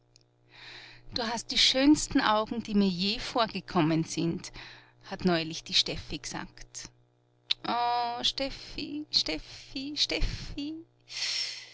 du hast die schönsten augen die mir je vorgekommen sind hat neulich die steffi gesagt o steffi